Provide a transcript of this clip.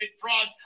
frauds